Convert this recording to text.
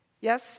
Yes